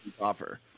offer